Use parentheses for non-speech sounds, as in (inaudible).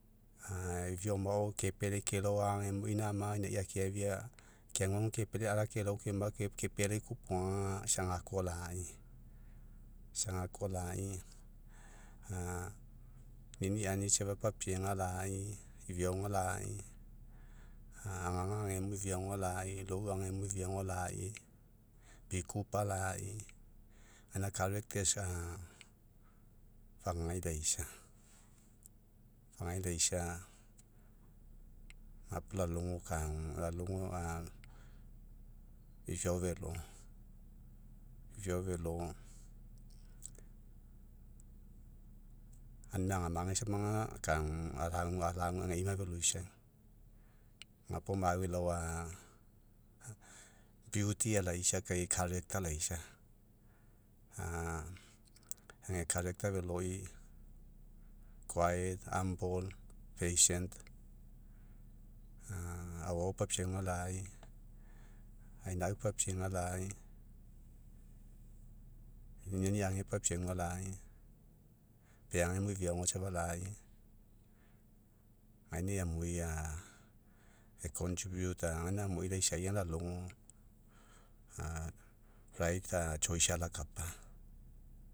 (hesitation) iviao mao, kepealai kelao agemo, ina ama ainai akeafia, keaguagu kepealai, alakelao keoma, (hesitation) kepelai koaopoga isa akoa lai, isa gakoa lai, a niniani safa papiega lai, iviaoga lai, agaga agemo iviaoga lai, lou agemo iviaoga lai, pikupa lai, gaina (unintelligible) a, fagagai laisa, fagagai laisa, gapuo lalogo kagu, lalgo a vivao velo, iviao velo. Aunimai agamage samaga, kagu (hesitation) ageima veloisau. Gapuo mai elao a (unintelligible) alaisa kai (unintelligible) lasia. (hesitation) ega (unintelligible) veloi (unintelligible) aoao papiauga lai, aina'au papiega lai, nininani age papiauga lai, peage iviaoga safa lai, gainain amui a (unintelligible) gaina amui laisai, lalogo a (unintelligible) alakapa.